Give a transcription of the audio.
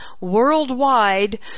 worldwide